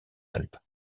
alpes